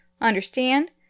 Understand